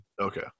Okay